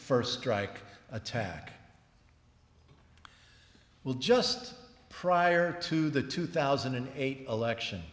first strike attack we'll just prior to the two thousand and eight election